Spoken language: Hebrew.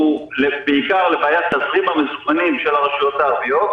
בעיקר לבעיית תזרים המזומנים של הרשויות הערביות,